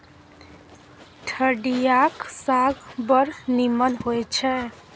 ठढियाक साग बड़ नीमन होए छै